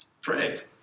pray